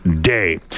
day